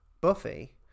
Buffy